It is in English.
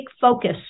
focus